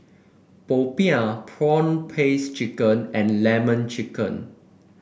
popiah prawn paste chicken and lemon chicken